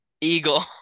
Eagle